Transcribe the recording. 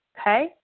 okay